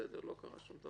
קרה שום דבר.